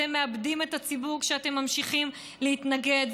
אתם מאבדים את הציבור כשאתם ממשיכים להתנגד,